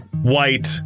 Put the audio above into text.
white